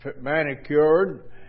manicured